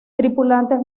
tripulantes